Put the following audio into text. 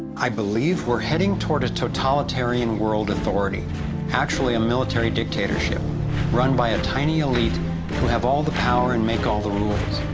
i believe we're heading toward a totalitarian world authority actually a military dictatorship run by a tiny elite, who have all the power and make all the rules.